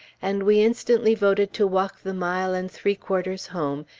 and we instantly voted to walk the mile and three quarters home,